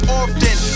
often